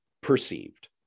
perceived